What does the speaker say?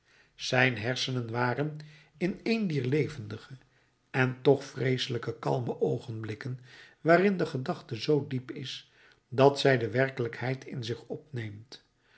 zijn hersenen waren in een dier levendige en toch vreeselijk kalme oogenblikken waarin de gedachte zoo diep is dat zij de werkelijkheid in zich opneemt